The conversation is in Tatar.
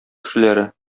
кешеләре